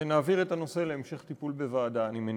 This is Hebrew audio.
ונעביר את הנושא להמשך טיפול בוועדה, אני מניח,